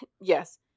yes